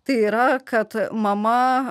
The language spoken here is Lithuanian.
tai yra kad mama